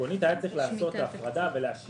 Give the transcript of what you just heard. עקרונית היה צריך לעשות את ההפרדה ולהשאיר